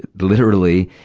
literally,